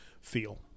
feel